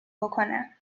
بکنم